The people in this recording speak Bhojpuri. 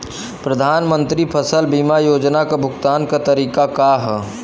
प्रधानमंत्री फसल बीमा योजना क भुगतान क तरीकाका ह?